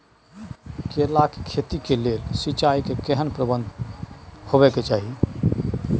केला के खेती के लेल सिंचाई के केहेन प्रबंध होबय के चाही?